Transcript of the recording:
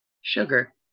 sugar